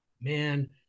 man